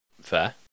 fair